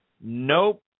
Nope